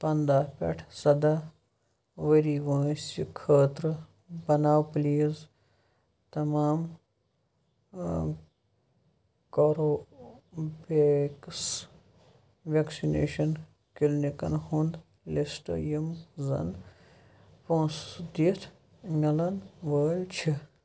پنٛداہ پٮ۪ٹھ سَداہ ؤری وٲنٛسہِ خٲطرٕ بناو پلیٖز تمام کورو ویکس ویکسِنیشن کِلنِکن ہُنٛد لسٹ یِم زَن پونٛسہٕ دِتھ مِلَن وٲلۍ چھِ